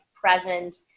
present